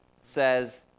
says